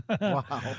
Wow